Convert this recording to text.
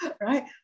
right